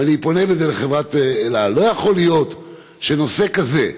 ואני פונה לחברת אל על: לא יכול להיות שנושא כזה,